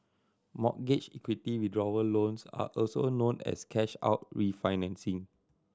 mortgage equity withdrawal loans are also known as cash out refinancing